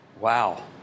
Wow